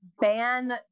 ban